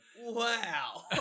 Wow